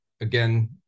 Again